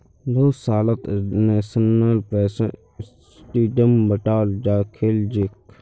बहुत सालत national pension सिस्टमक बंटाल गेलछेक